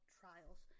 trials